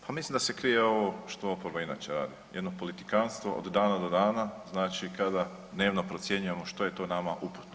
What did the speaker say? Pa mislim da se krije ovo što oporba inače radi, jedno politikantstvo od dana do dana, znači kada dnevno procjenjujemo što je to nama uputno.